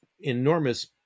enormous